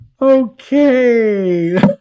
Okay